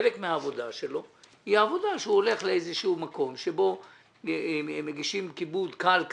חלק מהעבודה שלו היא עובדה שהוא הולך לאיזשהו מקום שבו מגישים כיבוד קל,